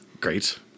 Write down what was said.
Great